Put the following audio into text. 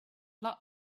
lot